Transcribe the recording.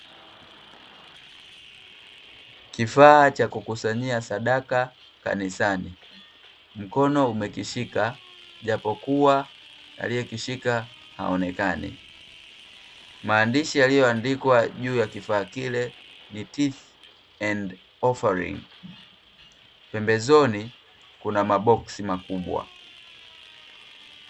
Kifaa Cha kukusanyia sadaka kanisanimkono umekishika japo kuwa aliekishika haonekani . Maandishi yaliyoandikwa juu ya kifaa kile ni "teethofering" , pembezoni Kuna maboksi makubwa .